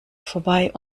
vorbei